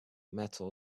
metal